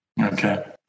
Okay